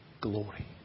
glory